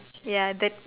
ya that